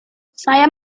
saya